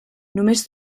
només